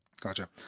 Gotcha